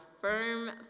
firm